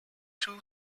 two